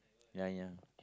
ya ya